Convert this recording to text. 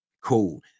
cool